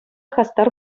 хастар